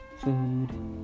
food